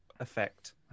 effect